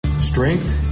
Strength